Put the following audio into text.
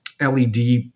led